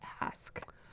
ask